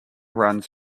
runs